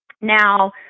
Now